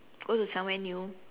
go to somewhere new